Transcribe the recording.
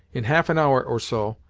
in half an hour, or so,